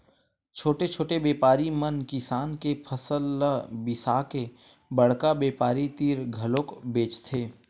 छोटे छोटे बेपारी मन किसान के फसल ल बिसाके बड़का बेपारी तीर घलोक बेचथे